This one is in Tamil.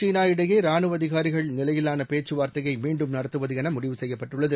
சீனா இடையேராணுவஅதிகாரிகள் நிலையிலானபேச்சுவாா்த்தையைமீண்டும் இந்தியா நடத்துவதுஎனமுடிவு செய்யப்பட்டுள்ளது